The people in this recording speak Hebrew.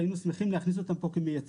היינו שמחים להכניס אותם פה כמייצגים.